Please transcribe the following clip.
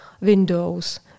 windows